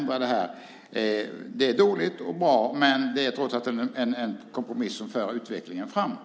Förslaget är både dåligt och bra, men det är dock en kompromiss som för utvecklingen framåt.